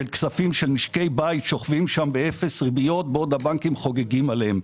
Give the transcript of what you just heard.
כספים של משקי בית שוכבים שם באפס ריביות בעוד הבנקים חוגגים עליהם.